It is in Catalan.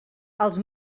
els